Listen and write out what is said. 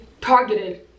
targeted